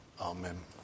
Amen